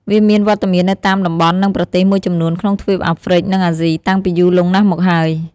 វាមានវត្តមាននៅតាមតំបន់និងប្រទេសមួយចំនួនក្នុងទ្វីបអាហ្រ្វិកនិងអាស៊ីតាំងពីយូរលង់ណាស់មកហើយ។